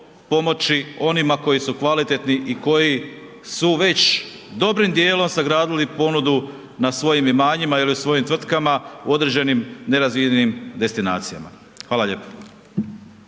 pomoći onima koji su kvalitetni i koji su već dobrim dijelom sagradili ponudu na svojim imanjima ili u svojim tvrtkama u određenim nerazvijenim destinacijama. Hvala lijepo.